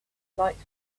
liked